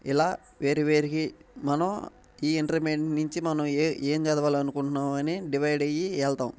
ఇలా వేరు వేరుగా మనం ఈ ఇంటర్మీడియేట్ నుంచి మనం ఏ ఏమి చదవాలి అనుకుంటున్నాం అని డివైడ్ అయ్యి వెళ్తాం